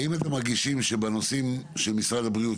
האם אתם מרגישים שבנושאים של משרד הבריאות,